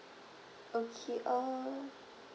okay uh